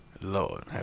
Lord